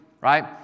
right